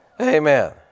Amen